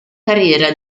carriera